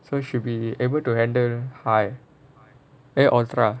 so should be able to handle high eh audra